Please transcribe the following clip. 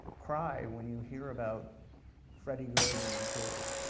cry when you hear about freddie gray being killed,